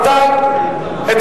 ההסתייגויות הוסרו.